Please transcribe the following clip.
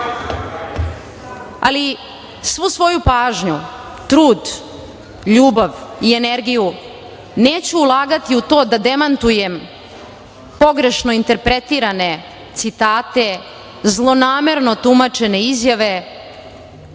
svu svoju pažnju, trud, ljubav i energiju neću ulagati u to da demantujem pogrešno interpretirane citate, zlonamerno tumačene izjave,